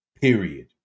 period